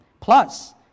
plus